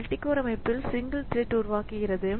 multicore அமைப்பில் single thread உருவாக்குகிறது